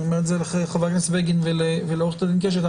אני אומר את זה לחבר הכנסת בגין ולעורכת הדין קשת,